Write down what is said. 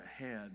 ahead